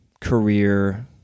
career